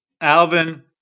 Alvin